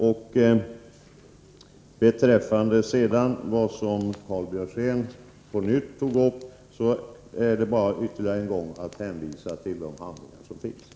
Och vad beträffar det Karl Björzén på nytt tog upp är bara att ytterligare en gång hänvisa till de handlingar som finns.